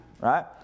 right